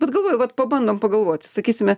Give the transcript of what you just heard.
bet galvoju vat pabandom pagalvoti sakysime